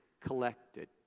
collected